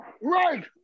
Right